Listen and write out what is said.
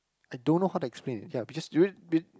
I don't know how to explain it ya because you be